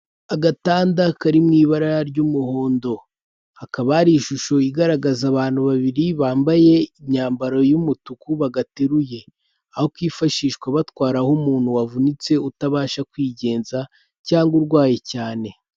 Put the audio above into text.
Agatanda kari mu ibara ry'umuhondo, hakaba hari ishusho igaragaza abantu babiri bambaye imyambaro y'umutuku bagateruye, aho kifashishwa batwaraho umuntu wavunitse utabasha kwigenza cyangwa urwaye cyane.